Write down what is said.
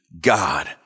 God